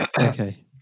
Okay